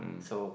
so